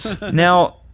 Now